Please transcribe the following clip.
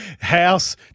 house